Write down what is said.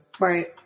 Right